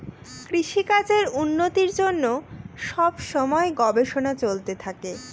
কৃষিকাজের উন্নতির জন্য সব সময় গবেষণা চলতে থাকে